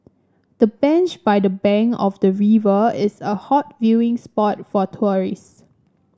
the bench by the bank of the river is a hot viewing spot for tourist